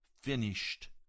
finished